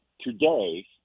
today